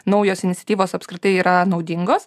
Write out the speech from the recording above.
naujos iniciatyvos apskritai yra naudingos